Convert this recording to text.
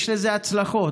יש לזה הצלחות.